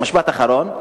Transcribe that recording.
משפט אחרון.